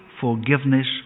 forgiveness